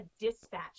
dispatch